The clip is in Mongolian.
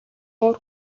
уур